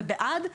וכולם בעד,